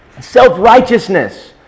Self-righteousness